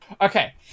Okay